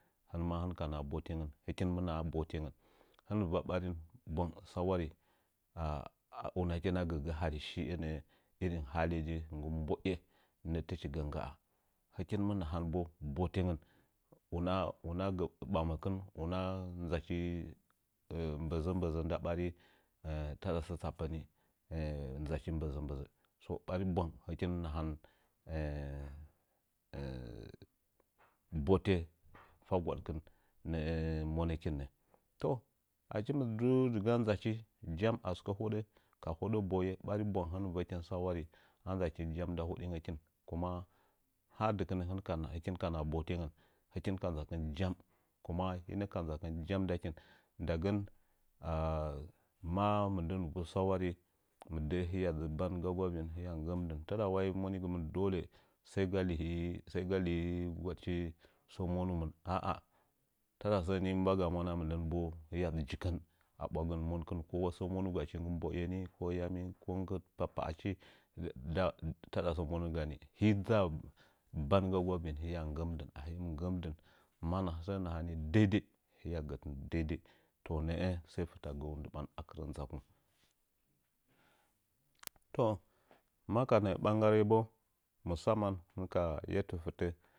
Hɨn maa hɨn ka naha botengɨn hɨkin mɨ naha botangən hɨn va ɓarin bwang sawari ara una kɨna gəgə hari shiye nə'ə irin halige nggɨ mbo'e nə'ə tɨchi gɨ ngga'a hɨkin mɨ nahan bo botengən una gə baməkɨn un gə ln bəzənbəzə nda barin taɗa sə tsapəni ndzachi bəzə bəzə bari bwang hɨkim mɨ nahan bote fa gwadkim nə'ə mənəkin nə toh achi dɨgaa ndzachi jam asɨkə hodə ka hodə boye ɓari bwang hinɨm vəkin sa wazi a ndzəkin jam nda hələngə kin kuma ha dɨkɨnə hɨn ka naha botangən hɨkin ka dzakɨn jam kuma hinə ke ndzakɨn jam nda hɨkin ndagən azema mɨndən mɨ vu sawari mɨdə'ə hiya dzi ban gagu avin hiya daɨ nggamdɨn taɗa wai monigɨmin dole sai ga luyi gwadchi səə monumən a'a tada səəni mba ga mwana mtudən bo hiya dzi jikən a ɓwagən monkɨn sənə monugachi nggɨ nibo'ə ni ko yami nggɨ papa'achi tada səə monən gaani hii dzaa ban gaagu avin hiya ngganidɨn ahmi nggəmdɨn ma sə nahani deidei hiya gəlɨn deidei to nə'ə sə fɨtə gə'ən ndɨɓan ka ndzaku to maka nə'ə ɓanggarabo musamman hɨnka yettə fitə.